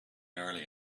early